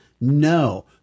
No